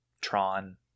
tron